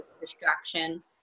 distraction